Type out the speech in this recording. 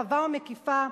רחבה ומקיפה,